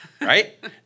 Right